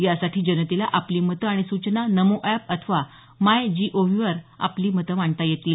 यासाठी जनतेला आपली मतं आणि सूचना नमो एप अथवा माय जीओव्ही वर आपली मांडता येतील